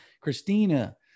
Christina